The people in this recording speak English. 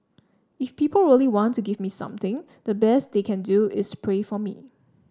if people really want to give me something the best they can do is pray for me